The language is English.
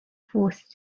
forced